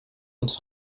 uns